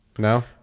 No